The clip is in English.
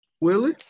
Willie